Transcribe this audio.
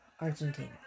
Argentina